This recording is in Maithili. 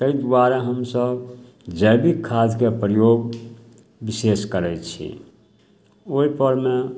ताहि दुआरे हमसभ जैविक खादके प्रयोग विशेष करै छी ओहिपरमे